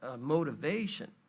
motivation